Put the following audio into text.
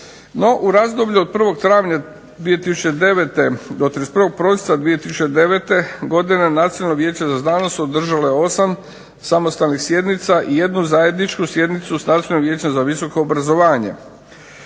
u razdoblju od 1. travnja 2009. do 31. prosinca 2009. godine Nacionalno vijeće za znanost održalo je 8 samostalnih sjednica i 1 zajedničku sjednicu s Nacionalnim vijećem za visoko obrazovanje.